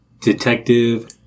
Detective